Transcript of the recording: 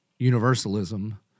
Universalism